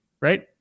right